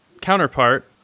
counterpart